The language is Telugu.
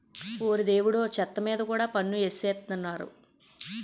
ఓరి దేవుడో చెత్త మీద కూడా పన్ను ఎసేత్తన్నారు